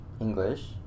English